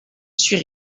suis